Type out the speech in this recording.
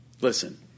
Listen